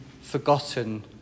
forgotten